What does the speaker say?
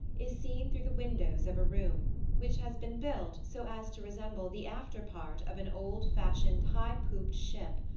is seen through the windows of a room which has been built so as to resemble the after part of an old-fashioned high-pooped ship,